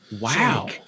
Wow